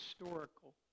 historical